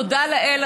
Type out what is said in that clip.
תודה לאל,